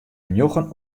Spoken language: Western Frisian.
njoggen